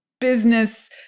business